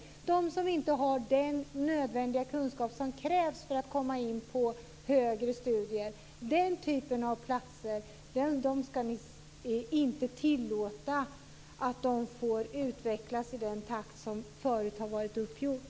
Ni tillåter inte att de som inte har den nödvändiga kunskap som krävs för att komma in på högre studier får utvecklas i den takt som förut har varit uppgjort.